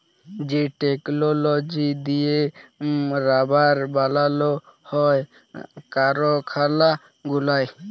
যে টেকললজি দিঁয়ে রাবার বালাল হ্যয় কারখালা গুলায়